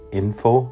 info